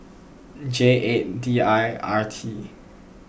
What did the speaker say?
J eight D I R T